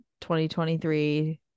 2023